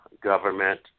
government